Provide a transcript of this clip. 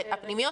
הרי הפנימיות